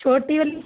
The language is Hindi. छोटी वाली